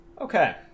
Okay